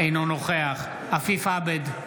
אינו נוכח עפיף עבד,